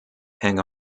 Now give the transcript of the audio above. hang